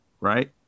right